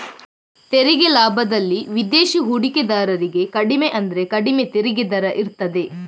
ತೆರಿಗೆ ಲಾಭದಲ್ಲಿ ವಿದೇಶಿ ಹೂಡಿಕೆದಾರರಿಗೆ ಕಡಿಮೆ ಅಂದ್ರೆ ಕಡಿಮೆ ತೆರಿಗೆ ದರ ಇರ್ತದೆ